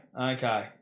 Okay